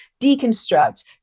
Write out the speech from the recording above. deconstruct